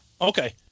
Okay